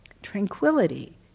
Tranquility